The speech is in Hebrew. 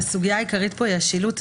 הסוגיה העיקרית פה היא השילוט.